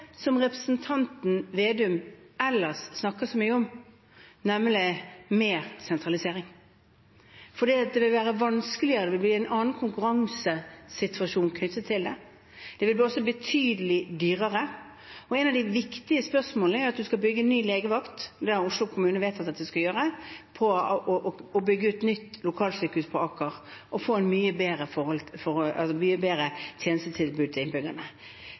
som representanten Slagsvold Vedum ellers snakker så mye om, nemlig mer sentralisering. Det vil være vanskeligere, det vil bli en annen konkurransesituasjon knyttet til det. Det vil også bli betydelig dyrere. Et av de viktige spørsmålene er at man skal bygge ny legevakt der Oslo kommune har vedtatt at man skal gjøre det, bygge ut nytt lokalsykehus på Aker og få et mye bedre tjenestetilbud til innbyggerne. Å stoppe dette nå vil bety dårligere behandling for